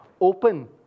Open